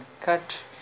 Cut